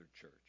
church